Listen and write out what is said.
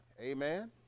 Amen